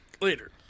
later